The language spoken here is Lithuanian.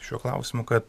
šiuo klausimu kad